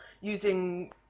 using